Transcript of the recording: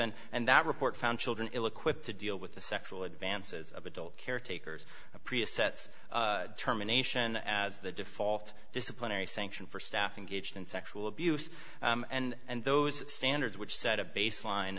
and and that report found children ill equipped to deal with the sexual advances of adult caretakers prius sets terminations as the default disciplinary sanction for staffing gauged in sexual abuse and those standards which set a baseline